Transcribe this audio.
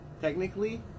technically